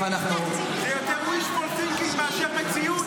זה יותר wishful thinking מאשר מציאות,